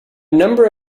number